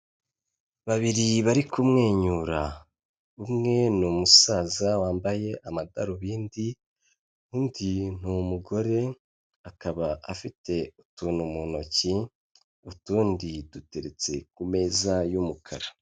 Babiri bari kumwenyura umwe ni umusaza wambaye amadarubindi, undi ni umugore akaba afite utuntu mu ntoki, utundi duteretse ku meza y'umukara.